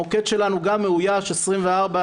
המוקד שלנו גם מאוייש 24/7,